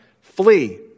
Flee